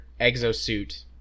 exosuit